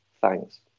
thanks